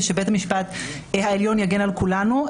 ושבית המשפט העליון יגן על כולנו.